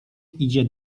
idzie